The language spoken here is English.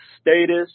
status